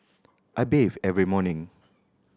I bathe every morning